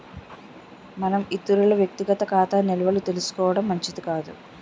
మనం ఇతరుల వ్యక్తిగత ఖాతా నిల్వలు తెలుసుకోవడం మంచిది కాదు